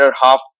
half